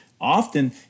often